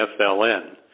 FLN